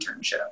internship